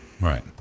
Right